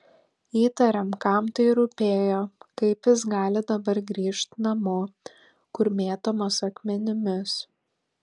įtariam kam tai rūpėjo kaip jis gali dabar grįžt namo kur mėtomas akmenimis